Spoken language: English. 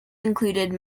included